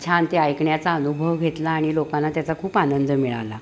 छान ते ऐकण्याचा अनुभव घेतला आणि लोकांना त्याचा खूप आनंद मिळाला